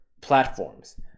platforms